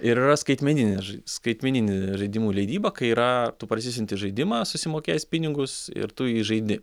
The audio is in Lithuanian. ir yra skaitmeninė skaitmeninė žaidimų leidyba kai yra tu parsisiunti žaidimą susimokėjęs pinigus ir tu jį žaidi